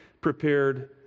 prepared